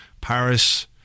Paris